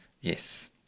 Yes